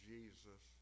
Jesus